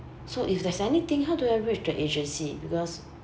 so if there's anything how do I reach the agency because